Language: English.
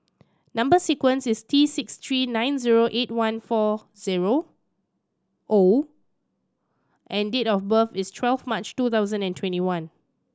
number sequence is T six three nine zero eight one four zero O and date of birth is twelve March two thousand and twenty one